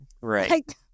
Right